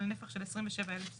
על נפח של 27 אלף סמ"ק,